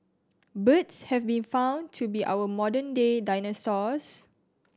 birds have been found to be our modern day dinosaurs